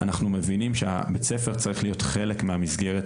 אנחנו מבינים שבית הספר צריך להיות חלק מהמסגרת